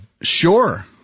Sure